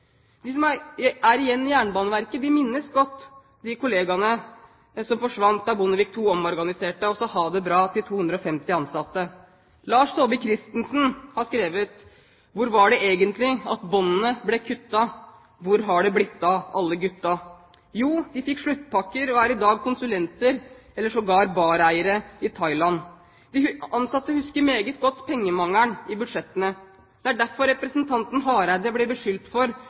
De som er igjen i Jernbaneverket, minnes godt de kollegaene som forsvant da Bondevik II omorganiserte og sa ha det bra til 250 ansatte. Lars Saabye Christensen har skrevet: «Når var det egentlig at båndene ble kutta hvor er det blitt av alle gutta?» Jo, de fikk sluttpakker og er i dag konsulenter, eller sågar bareiere i Thailand. De ansatte husker meget godt pengemangelen i budsjettene. Det er derfor representanten Hareide blir beskyldt for